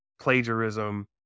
plagiarism